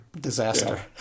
disaster